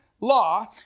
law